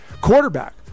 quarterback